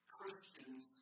Christians